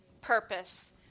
purpose